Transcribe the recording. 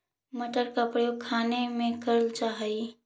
मटर का प्रयोग खाने में करल जा हई